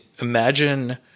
imagine